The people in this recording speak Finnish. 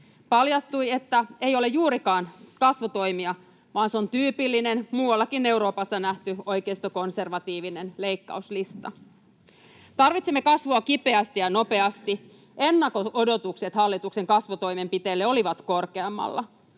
Paljastui, että ei ole juurikaan kasvutoimia, vaan se on tyypillinen, muuallakin Euroopassa nähty, oikeistokonservatiivinen leikkauslista. Tarvitsemme kasvua kipeästi ja nopeasti. Ennakko-odotukset hallituksen kasvutoimenpiteille olivat korkeammalla.